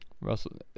Russell